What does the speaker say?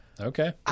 Okay